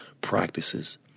practices